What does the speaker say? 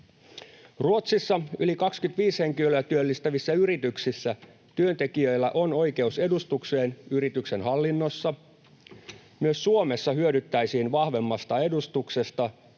Ruotsissa yli 25 henkilöä työllistävissä yrityksissä työntekijöillä on oikeus edustukseen yrityksen hallinnossa. Myös Suomessa hyödyttäisiin vahvemmasta edustuksesta,